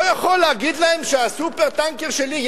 לא יכול להגיד להם שה"סופר-טנקר" שלי,